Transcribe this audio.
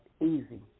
Easy